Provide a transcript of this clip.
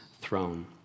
throne